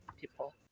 people